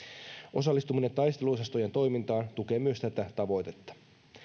osallistuminen taisteluosastojen toimintaan tukee myös tätä tavoitetta